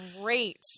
great